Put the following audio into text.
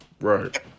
Right